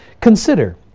Consider